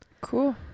cool